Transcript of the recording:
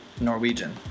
Norwegian